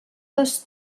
dos